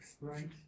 right